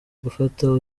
gufata